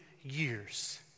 years